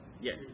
Yes